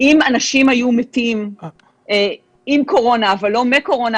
אם אנשים היו מתים עם קורונה אבל לא מקורונה,